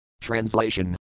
Translation